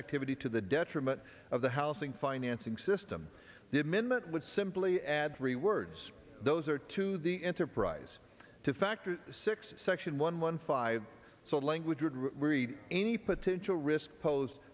activity to the detriment of the housing financing system the admin that would simply add three words those are to the enterprise to factor six section one one five so language would read any potential risk posed